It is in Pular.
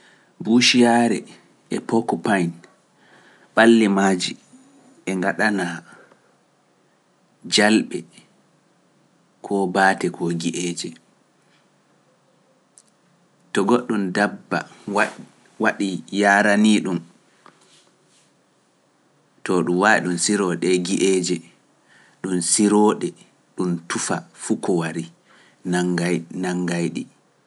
Buu ciyaare e pokko payn, ɓalli maaji e ngaɗana jalɓe koo baate koo gi’eeje. To goɗɗum dabba waɗi yaaranii ɗum, to ɗum waawi ɗum sirooɗe e gi’eeje, ɗum sirooɗe ɗum tufa fu ko wari nanngay ɗi.